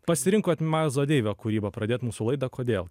pasirinkot mailzo deivio kūrybą pradėt mūsų laidą kodėl